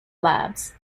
labs